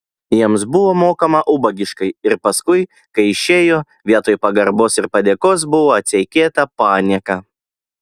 jiems buvo mokama ubagiškai ir paskui kai išėjo vietoj pagarbos ir padėkos buvo atseikėta panieka